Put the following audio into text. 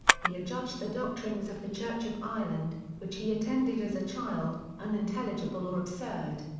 he adjudged the doctrines of the church of ireland, which he attended as a child, unintelligible or absurd.